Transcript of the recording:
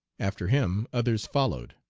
after him others followed.